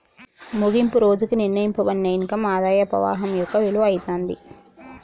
ముగింపు రోజుకి నిర్ణయింపబడిన ఇన్కమ్ ఆదాయ పవాహం యొక్క విలువ అయితాది